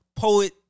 Poet